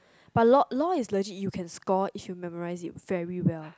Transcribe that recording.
but law law is legit you can score if you memorise it very well